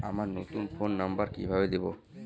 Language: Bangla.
আমার নতুন ফোন নাম্বার কিভাবে দিবো?